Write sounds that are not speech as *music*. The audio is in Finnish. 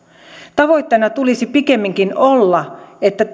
tavoitteena tulisi pikemminkin olla että *unintelligible*